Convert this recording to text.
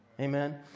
Amen